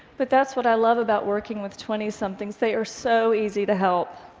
but that's what i love about working with twentysomethings. they are so easy to help.